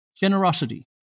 generosity